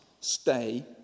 stay